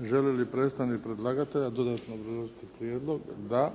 Želi li predstavnik predlagatelja dodatno obrazložiti prijedlog? Da.